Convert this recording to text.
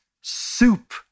soup